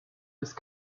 ist